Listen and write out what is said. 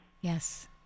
Yes